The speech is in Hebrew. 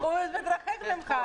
בדיוק כמו הליכה לרופא,